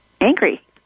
angry